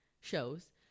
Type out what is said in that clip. shows